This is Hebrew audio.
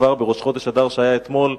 כבר בראש חודש אדר, שהיה אתמול,